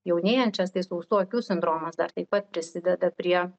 jaunėjančias tai sausų akių sindromas dar taip pat prisideda prie